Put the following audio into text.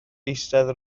eistedd